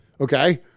okay